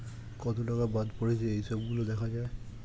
কত টাকা বাদ পড়েছে এই সব গুলো দেখা যায়